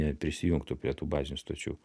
neprisijungtų prie tų bazinių stočių